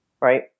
right